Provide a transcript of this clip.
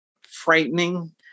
frightening